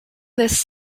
this